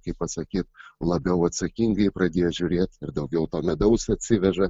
kaip atsakyt labiau atsakingai pradėję žiūrėt ir daugiau to medaus atsiveža